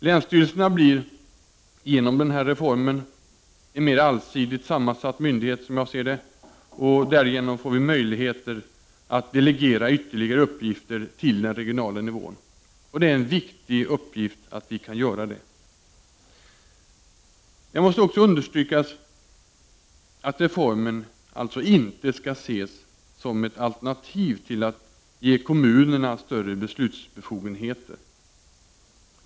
Länsstyrelsen blir genom den här reformen en mer allsidigt sammansatt myndighet, som jag ser det. Därigenom får vi möjligheter att delegera ytterligare uppgifter till den regionala nivån. Det är viktigt att vi kan göra det. Jag måste också understryka att reformen inte skall ses som ett alternativ till att ge kommunerna större beslutsbefogenheter.